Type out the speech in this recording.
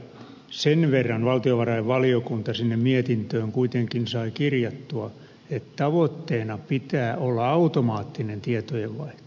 sen verran valtiovarainvaliokunta sinne mietintöön kuitenkin sai kirjattua että tavoitteena pitää olla automaattinen tietojenvaihto